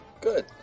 Good